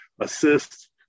assist